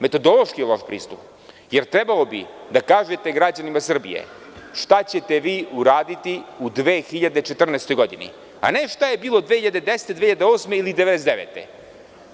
Metodološki loš pristup, jer trebalo bi da kažete građanima Srbije šta ćete vi uraditi u 2014. godini, a ne šta je bilo 2010, 2008. ili 1999. godine.